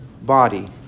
body